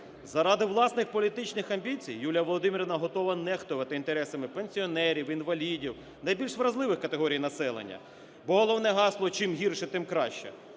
Заради власних політичних амбіцій Юлія Володимирівна готова нехтувати інтересами пенсіонерів, інвалідів – найбільш вразливих категорій населення, бо головне гасло: чим гірше, тим краще.